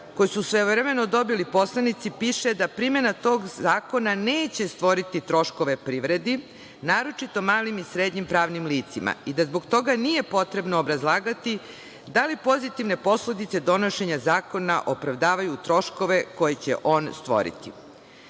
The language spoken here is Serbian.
koje su svojevremeno dobili poslanici piše da primena tog zakona neće stvoriti troškove privredi, naročito malim i srednjim pravnim licima i da zbog toga nije potrebno obrazlagati da li pozitivne posledice donošenja zakona opravdavaju troškove koje će on stvoriti.Međutim,